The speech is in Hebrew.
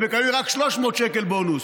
הם מקבלים רק 300 שקל בונוס,